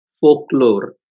folklore